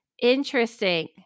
Interesting